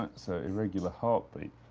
so irregular heartbeat.